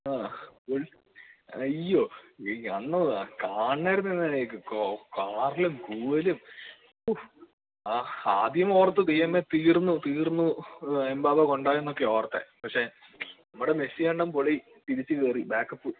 ആഹ് അയ്യോ അയ്യോ അന്ന് കാണണമായിരുന്നു ഇന്നലെയൊക്കെ കാറലും കൂവലും ഹോ ആ ആദ്യം ഓർത്തു ദൈവമേ തീർന്നു തീർന്നു എമ്പാവ കൊണ്ടുപോയെന്നൊക്കെയാണ് ഓർത്തത് പക്ഷേ നമ്മുടെ മെസ്സിയണ്ണൻ പൊളി തിരിച്ചുകയറി ബാക്കപ്പ്